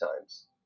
times